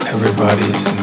Everybody's